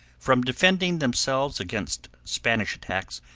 from defending themselves against spanish attacks,